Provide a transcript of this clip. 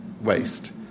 waste